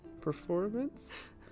Performance